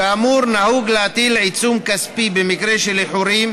כאמור, נהוג להטיל עיצום כספי במקרה של איחורים,